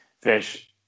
fish